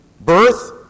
birth